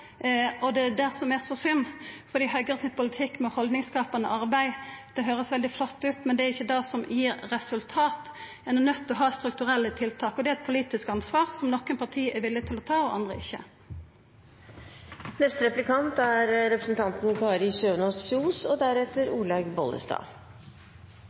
verkar. Det er det som er så synd, fordi Høgre sin politikk med haldningsskapande arbeid høyrest veldig flott ut. Men det er ikkje det som gir resultat, ein er nøydd til å ha strukturelle tiltak, og det er eit politisk ansvar, som nokre parti er villige til å ta og andre ikkje. Kjersti Toppe har den siste tiden vært veldig opptatt av psykisk helse, og